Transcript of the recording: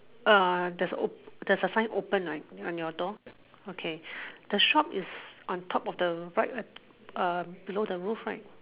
err there's a op~ there's a sign open right on your door okay the shop is on top of the right right um below the roof right